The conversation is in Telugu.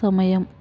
సమయం